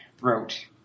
wrote